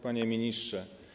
Panie Ministrze!